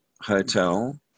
hotel